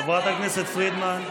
חברת הכנסת פרידמן.